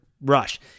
rush